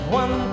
one